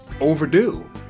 overdue